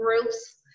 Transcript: groups